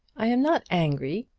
i am not angry.